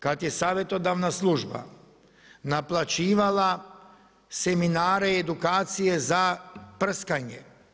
Kad je savjetodavna služba naplaćivala seminare i edukacije za prskanje.